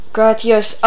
Gratias